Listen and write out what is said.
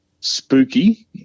spooky